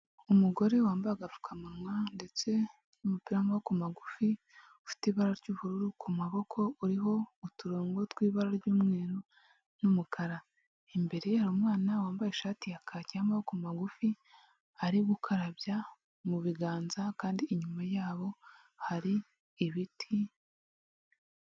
Umugore wambaye agapfukamunwa ndetse n'umupira w'amaboko magufi ufite ibara ry'ubururu ku maboko uriho uturongo tw'ibara ry'umweru n'umukara, imbere ye ari umwana wambaye ishati ya kaki y'amaboko magufi arimo gukarabya mu biganza kandi inyuma y'abo hari ibiti.